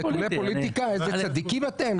צדיקים אתם?